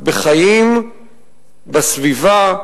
לפתוח בכמה מלים על מה שהיה ולסיים בכמה